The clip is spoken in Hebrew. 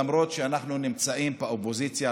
למרות שאנחנו הרשימה המשותפת ונמצאים באופוזיציה,